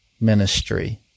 ministry